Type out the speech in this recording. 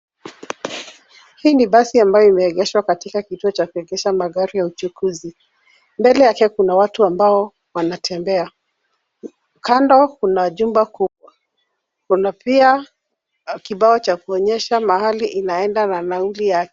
Hii ni basi ambayo imeegeshwa katika kituo cha kuegeshwa magari ya uchukuzi. Mbele yake kuna watu ambao wanatembea. Kando kuna jumba kubwa kuna pia kibao cha kuonyesha mahali inaenda na nauli yake.